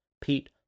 Pete